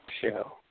show